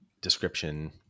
description